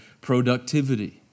productivity